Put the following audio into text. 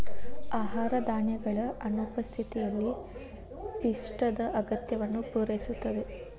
ಆಹಾರ ಧಾನ್ಯಗಳ ಅನುಪಸ್ಥಿತಿಯಲ್ಲಿ ಪಿಷ್ಟದ ಅಗತ್ಯವನ್ನು ಪೂರೈಸುತ್ತದೆ